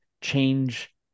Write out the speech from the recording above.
change